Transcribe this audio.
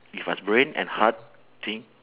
give us brain and heart think